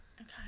Okay